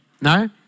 No